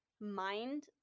mind